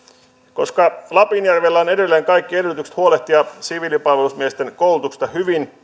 koska lapinjärvellä on edelleen kaikki edellytykset huolehtia siviilipalvelusmiesten koulutuksesta hyvin